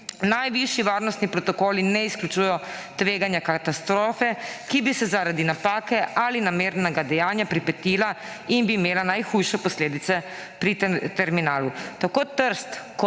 Najvišji varnostni protokoli ne izključujejo tveganja katastrofe, ki bi se zaradi napake ali namernega dejanja pripetila in bi imela najhujše posledice pri terminalu.